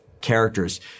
characters